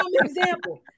Example